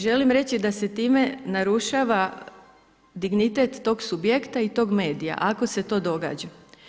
Želim reći da se time narušava dignitet tog subjekta i tog medija ako se to događa.